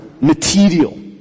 material